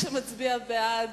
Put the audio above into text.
מי שמצביע בעד,